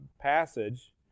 passage